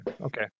Okay